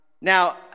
Now